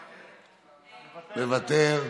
מוותר,